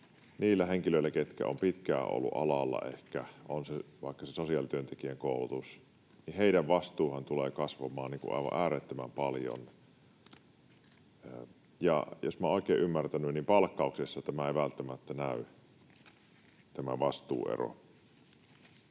niiden henkilöiden, ketkä ovat ehkä pitkään olleet alalla ja joilla on vaikka se sosiaalityöntekijän koulutus, vastuu tulee kasvamaan aivan äärettömän paljon. Ja jos olen oikein ymmärtänyt, niin palkkauksessa ei välttämättä näy tämä vastuuero.